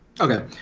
Okay